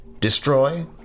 Destroy